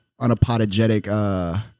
unapologetic